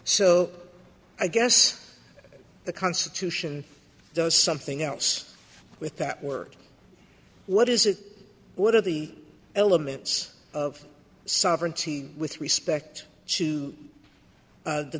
so i guess the constitution does something else with that work what is it what are the elements of sovereignty with respect to